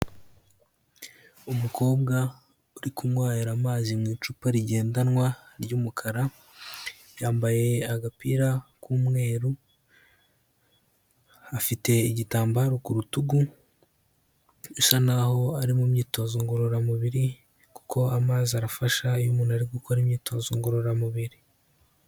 Umukobwa uri kunywera amazi mu icupa rigendanwa ry'umukara, yambaye agapira k'umweru, afite igitambaro ku rutugu usa naho ari mu myitozo ngororamubiri, kuko amazi arafasha iyo umuntu ari gukora imyitozo ngororamubiri.